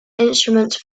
instruments